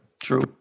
True